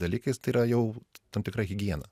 dalykais tai yra jau tam tikra higiena